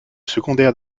secondaire